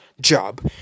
job